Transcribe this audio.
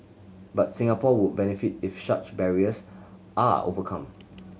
but Singapore would benefit if such barriers are overcome